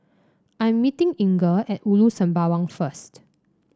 I am meeting Inger at Ulu Sembawang first